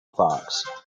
fox